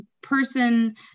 person